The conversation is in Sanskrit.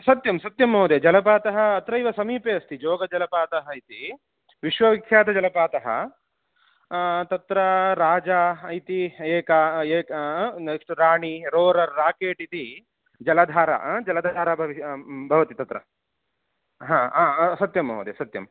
सत्यं सत्यं महोदय जलपातः अत्रैव समीपे अस्ति जोगजलपातः इति विश्वविख्यातः जलपातः तत्र राजा इति एका एक नेक्स्ट् राणी रोरर् राकेट् इति जलधारा जलधारा भवति भवति तत्र हा आ आ सत्यं महोदय सत्यम्